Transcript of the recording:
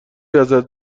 ازت